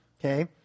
Okay